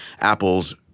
Apple's